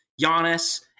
Giannis